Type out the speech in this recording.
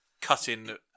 cutting